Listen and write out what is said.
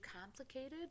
complicated